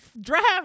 draft